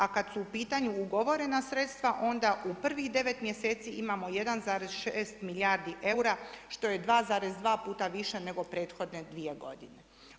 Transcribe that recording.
A kada su u pitanju ugovorena sredstva onda u prvih devet mjeseci imamo 1,6 milijardi eura, što je 2,2 puta više nego prethodne dvije godine.